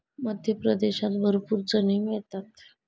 मध्य प्रदेशात भरपूर चणे मिळतात